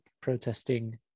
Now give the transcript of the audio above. protesting